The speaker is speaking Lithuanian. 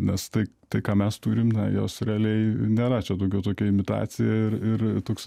nes tai tai ką mes turim na jos realiai nėra čia daugiau tokia imitacija ir ir toks